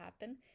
happen